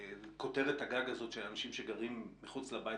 כותרת הגג הזאת של אנשים שגרים מחוץ לבית,